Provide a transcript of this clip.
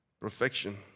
perfection